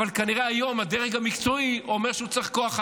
אבל כנראה היום הדרג המקצועי אומר שהוא צריך כוח אדם.